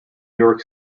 york